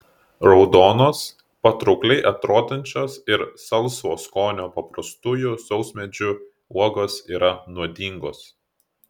raudonos patraukliai atrodančios ir salsvo skonio paprastųjų sausmedžių uogos yra nuodingos